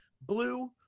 blue